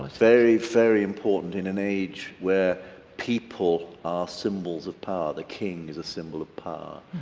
very, very important in an age where people are symbols of power, the king is a symbol of power,